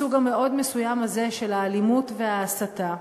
בסוג המאוד-מסוים הזה של האלימות וההסתה.